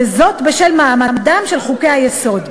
וזאת בשל מעמדם של חוקי-היסוד.